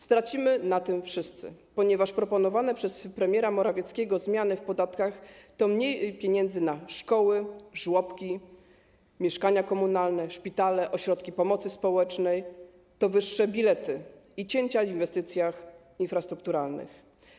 Stracimy na tym wszyscy, ponieważ proponowane przez premiera Morawieckiego zmiany w podatkach to mniej pieniędzy na szkoły, żłobki, mieszkania komunalne, szpitale, ośrodki pomocy społecznej, to wyższe ceny biletów i cięcia w inwestycjach infrastrukturalnych.